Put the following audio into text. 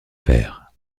verre